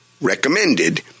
recommended